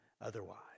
otherwise